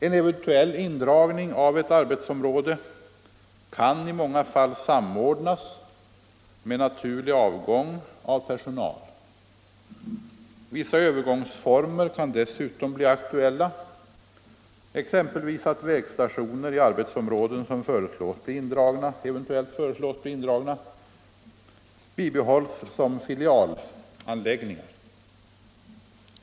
En eventuell indragning av ett arbetsområde kan i många fall samordnas med naturlig avgång av personal. Vissa övergångsformer kan dessutom bli aktuella, exempelvis att vägstationer i arbetsområden som föreslås bli indragna bibehålls som filialanläggningar.